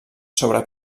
sobre